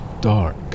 dark